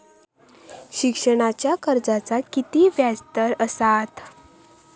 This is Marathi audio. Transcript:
शिक्षणाच्या कर्जाचा किती व्याजदर असात?